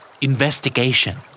Investigation